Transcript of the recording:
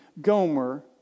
Gomer